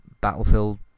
Battlefield